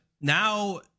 now